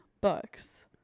books